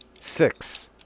Six